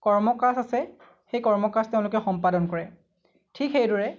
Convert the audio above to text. কৰ্ম কাজ আছে সেই কৰ্ম কাজ তেওঁলোকে সম্পাদন কৰে ঠিক সেইদৰে